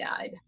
died